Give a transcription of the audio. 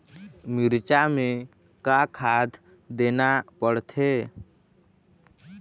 मिरचा मे का खाद देना पड़थे?